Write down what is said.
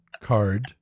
card